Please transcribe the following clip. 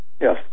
Yes